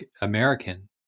American